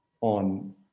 on